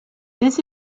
this